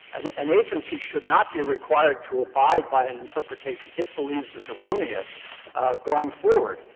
an an agency should not be required to abide by an interpretation it believes is erroneous going forward.